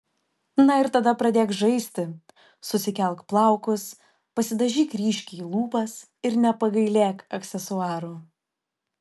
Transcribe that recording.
na ir tada pradėk žaisti susikelk plaukus pasidažyk ryškiai lūpas ir nepagailėk aksesuarų